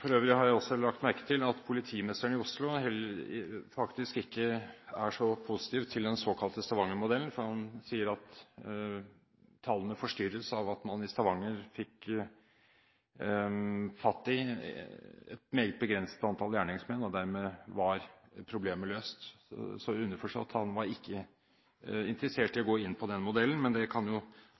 For øvrig har jeg også lagt merke til at politimesteren i Oslo faktisk ikke er så positiv til den såkalte Stavanger-modellen. Han sier at tallene forstyrres av at man i Stavanger fikk fatt i et meget begrenset antall gjerningsmenn, og dermed var problemet løst. Så underforstått: Han var ikke interessert å gå inn på den modellen, men det kan